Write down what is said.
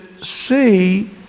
see